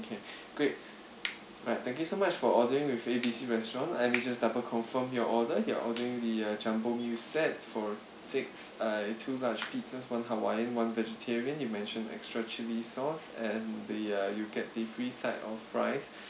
okay great alright thank you so much for ordering with A B C restaurant let me just double confirm your order you're ordering the uh jumbo meal set for six uh two large pizzas from hawaii one vegetarian you mentioned extra chilli sauce and the uh you get the free side of fries